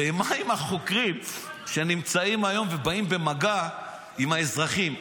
ומה עם החוקרים שנמצאים היום ובאים במגע עם האזרחים?